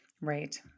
Right